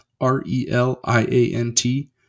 R-E-L-I-A-N-T